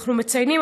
אנחנו מציינים,